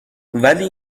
ولی